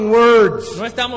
words